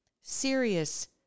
Serious